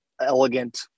elegant